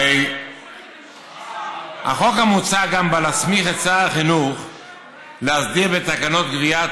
הרי החוק המוצע גם בא להסמיך את שר החינוך להסדיר בתקנות גביית